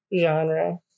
genre